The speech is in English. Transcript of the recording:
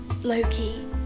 loki